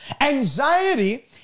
Anxiety